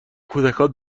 کودکان